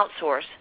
outsource